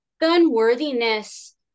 unworthiness